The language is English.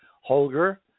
Holger